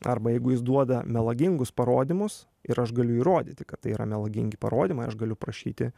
arba jeigu jis duoda melagingus parodymus ir aš galiu įrodyti kad tai yra melagingi parodymai aš galiu prašyti